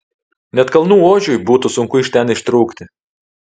net kalnų ožiui būtų sunku iš ten ištrūkti